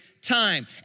time